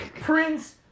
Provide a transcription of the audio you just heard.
Prince